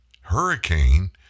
hurricane